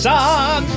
Sun